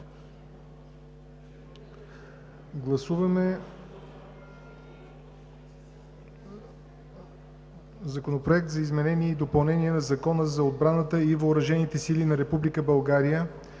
Гласуваме Законопроект за изменение и допълнение на Закона за отбраната и въоръжените сили на Република